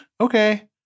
okay